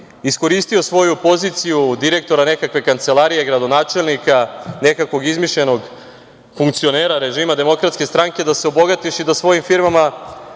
iskoristio svoju poziciju direktora nekakve kancelarije, gradonačelnika, nekakvog izmišljenog funkcionera režima DS, da se obogatiš i da svojim firmama